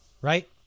right